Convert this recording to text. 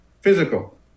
physical